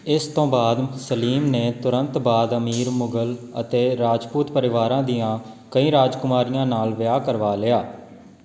ਇਸ ਤੋਂ ਬਾਅਦ ਸਲੀਮ ਨੇ ਤੁਰੰਤ ਬਾਅਦ ਅਮੀਰ ਮੁਗਲ ਅਤੇ ਰਾਜਪੂਤ ਪਰਿਵਾਰਾਂ ਦੀਆਂ ਕਈ ਰਾਜਕੁਮਾਰੀਆਂ ਨਾਲ ਵਿਆਹ ਕਰਵਾ ਲਿਆ